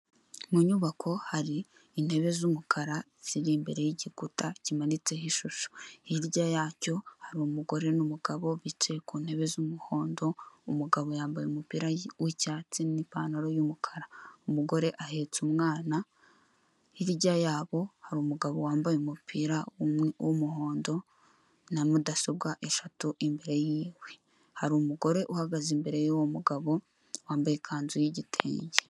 Mu nyubako hari intebe z'umukara ziri imbere y'igikuta kimanitseho ishusho. Hirya yacyo hari umugore n'umugabo bicaye ku ntebe z'umuhondo. Umugabo yambaye umupira wicyatsi n'pantaro y'umukara, umugore ahetse umwana. Hirya yabo hari umugabo wambaye umupira w'umuhondo na mudasobwa eshatu. Imbere yiwe hari umugore uhagaze imbere y'uwo mugabo wambaye ikanzu y'igitenge.